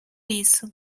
isso